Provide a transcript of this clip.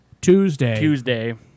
Tuesday